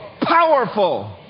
powerful